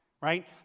right